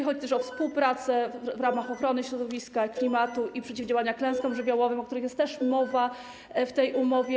Chodzi też o współpracę w ramach ochrony środowiska, klimatu i przeciwdziałania klęskom żywiołowym, o których jest też mowa w tej umowie.